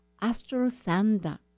AstroSanda